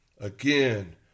again